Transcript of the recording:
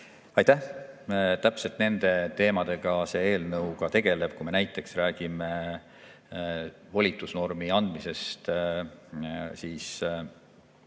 Aitäh! Täpselt nende teemadega see eelnõu ka tegeleb. Kui me näiteks räägime volitusnormi andmisest